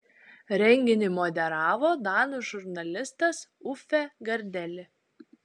renginį moderavo danų žurnalistas uffe gardeli